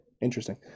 Interesting